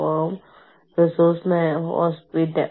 പക്ഷേ കൃത്യമായ ബജറ്റ് തയ്യാറാക്കാൻ കഴിയില്ല